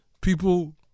People